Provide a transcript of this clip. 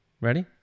ready